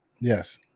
Yes